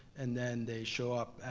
and then they show up,